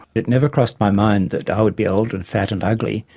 it never crossed my mind that i would be old and fat and ugly,